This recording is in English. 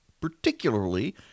particularly